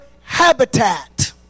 habitat